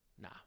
Nah